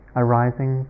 arising